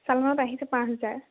চালানত আহিছে পাঁচ হাজাৰ